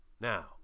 Now